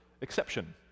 exception